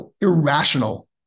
irrational